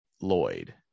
Lloyd